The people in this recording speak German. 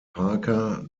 parker